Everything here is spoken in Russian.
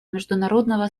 международного